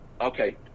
Okay